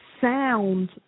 sound